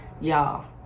y'all